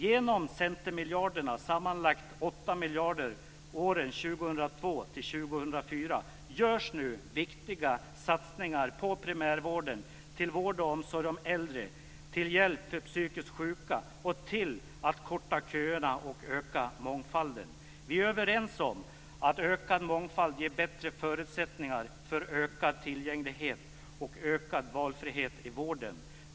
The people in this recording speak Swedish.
Genom centermiljarderna, sammanlagt 8 miljarder åren 2002 till 2004, görs nu viktiga satsningar på primärvården till vård och omsorg om äldre, till hjälp för psykiskt sjuka och till att korta köerna och öka mångfalden. Vi är överens om att ökad mångfald ger bättre förutsättningar för ökad tillgänglighet och ökad valfrihet i vården.